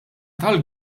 tal